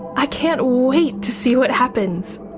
i can't wait to see what happens.